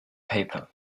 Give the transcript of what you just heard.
paper